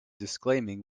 disclaiming